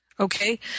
Okay